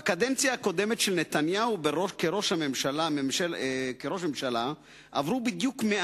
בקדנציה הקודמת של נתניהו כראש ממשלה עברו בדיוק 100